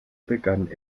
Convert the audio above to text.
begann